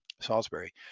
Salisbury